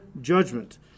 judgment